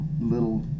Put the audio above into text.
little